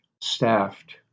staffed